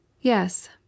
Yes